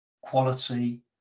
Quality